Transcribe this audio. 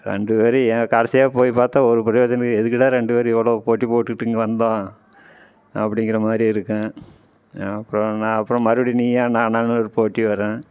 ரெண்டு பேரும் ஏ கடைசியா போய் பார்த்தா ஒரு பிரயோஜனம் எதுக்குடா ரெண்டு பேர் இவ்வளோ போட்டி போட்டுகிட்டு இங்கே வந்தோம் அப்படிங்கிற மாதிரி இருக்கும் அப்புறம் நான் அப்புறம் மறுபடி நீயா நானான்னு ஒரு போட்டி வரும்